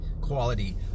quality